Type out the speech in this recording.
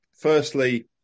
firstly